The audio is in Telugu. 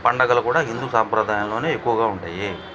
పండగలు కూడా హిందూ సాంప్రదాయంలోనే ఎక్కువగా ఉంటాయి